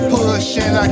pushing